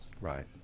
Right